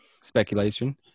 speculation